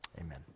amen